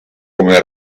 come